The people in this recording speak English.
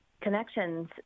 connections